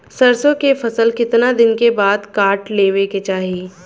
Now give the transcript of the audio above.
सरसो के फसल कितना दिन के बाद काट लेवे के चाही?